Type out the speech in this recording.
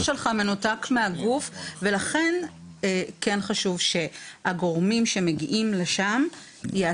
שלך מנותק מהגוף ולכן כן חשוב שהגורמים שמגיעים לשם יעדכנו.